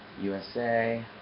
USA